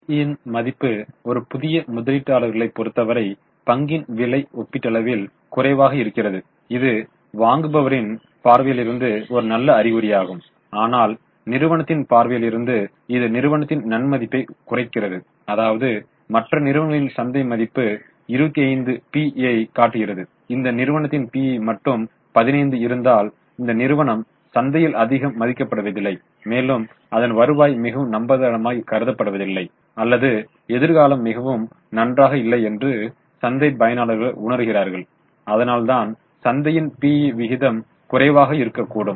PE யின் மதிப்பு ஒரு புதிய முதலீட்டாளர்களைப் பொருத்தவரை பங்கின் விலை ஒப்பீட்டளவில் குறைவாக இருக்கிறது இது வாங்குபவரின் பார்வையிலிருந்து ஒரு நல்ல அறிகுறியாகும் ஆனால் நிறுவனத்தின் பார்வையிலிருந்து இது நிறுவனத்தின் நன்மதிப்பை குறைக்கிறது அதாவது மற்ற நிறுவனங்களின் சந்தை மதிப்பு 25 PE ஐ காட்டுகிறது இந்த நிறுவனத்தில் PE மட்டும் 15 இருந்தால் இந்த நிறுவனம் சந்தையில் அதிகம் மதிக்கப்படுவதில்லை மேலும் அதன் வருவாய் மிகவும் நம்பகமானதாக கருதப்படுவதில்லை அல்லது எதிர்காலம் மிகவும் நன்றாக இல்லை என்று சந்தை பயனாளர்கள் உணருகிறார்கள் அதனால்தான் சந்தையின் PE விகிதம் குறைவாக இருக்கக்கூடும்